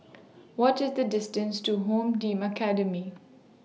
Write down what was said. What IS The distance to Home Team Academy